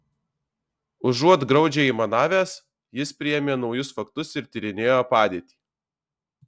užuot graudžiai aimanavęs jis priėmė naujus faktus ir tyrinėjo padėtį